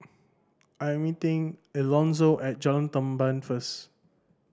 I'm meeting Elonzo at Jalan Tamban first